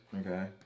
Okay